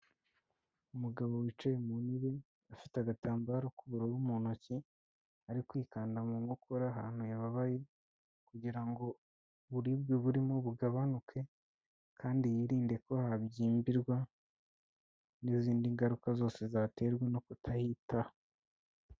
Umugabo wicaye mu ntebe afite agatambaro k'ubururu mu ntoki, ari kwikanda mu nkokora ahantu yababaye kugira ngo uburibwe burimo bugabanuke, kandi yirinde ko habyimbirwa n'izindi ngaruka zose zaterwa no kutahitaho.